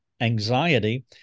anxiety